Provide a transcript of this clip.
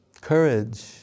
courage